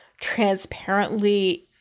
transparently